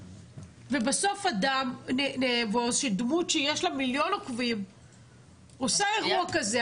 ובסוף אדם או דמות שיש לה מיליון עוקבים עושה אירוע כזה,